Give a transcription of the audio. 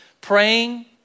Praying